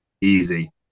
Easy